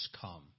come